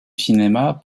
cinéma